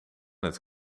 het